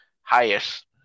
highest